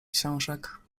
książek